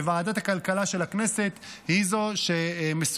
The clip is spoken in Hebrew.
וועדת הכלכלה של הכנסת היא זו שמסוגלת.